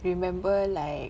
I remember like